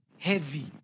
Heavy